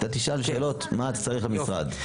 תשאל שאלות מה אתה צריך מהמשרד.